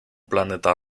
planeta